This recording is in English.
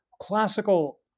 classical